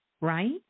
right